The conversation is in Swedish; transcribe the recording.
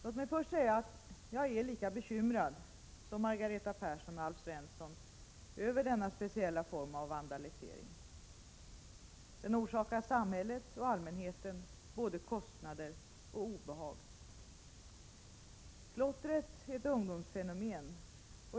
Låt mig först säga att jag är lika bekymrad som Margareta Persson och Alf Svensson över denna speciella form av vandalisering. Den orsakar samhället och allmänheten både kostnader och obehag. Klottret är ett ungdomsfenomen.